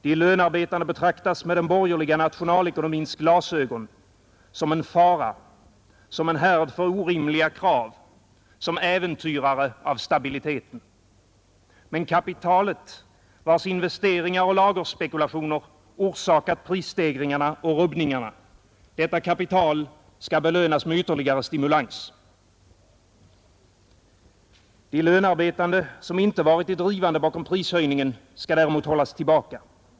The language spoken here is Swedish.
De lönarbetande betraktas med den borgerliga nationalekonomins glasögon som en fara, som en härd för orimliga krav, som äventyrare av stabiliteten. Men kapitalet, vars investeringar och lagerspekulationer orsakat prisstegringarna och rubbningarna, detta kapital skall belönas med ytterligare stimulans. De lönarbetande, som inte varit de drivande bakom prishöjningen, skall hållas tillbaka.